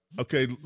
Okay